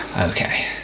Okay